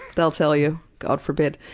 they'll tell you. god forbid.